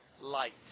light